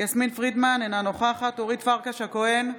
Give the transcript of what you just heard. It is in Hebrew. יסמין פרידמן, אינה נוכחת אורית פרקש הכהן,